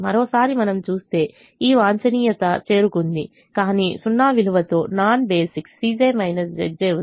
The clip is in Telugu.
మరోసారి మనం చూస్తే ఈ వాంఛనీయత చేరుకుంది కాని 0 విలువతో నాన్ బేసిక్ ఉంది